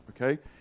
okay